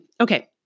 Okay